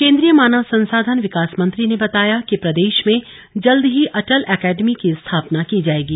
केंद्रीय मानव संसाधन विकास मंत्री ने बताया कि प्रदेश में जल्द ही अटल एकेडमी की स्थापना की जाएगी